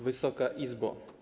Wysoka Izbo!